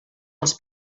als